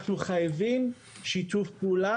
אנחנו חייבים שיתוף פעולה.